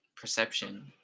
perception